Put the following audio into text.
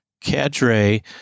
cadre